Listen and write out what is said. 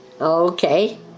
Okay